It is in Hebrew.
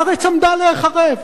הארץ עמדה להיחרב.